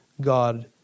God